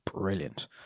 brilliant